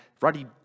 ruddy